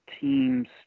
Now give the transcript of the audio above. teams